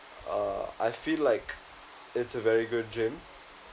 uh I feel like it's a very good gym